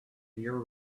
your